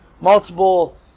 multiple